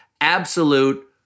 absolute